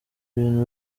ibintu